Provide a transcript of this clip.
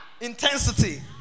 intensity